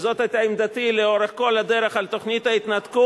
וזאת היתה עמדתי לאורך כל הדרך על תוכנית ההתנתקות.